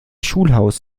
schulhaus